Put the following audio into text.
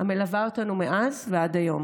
המלווה אותנו מאז ועד היום.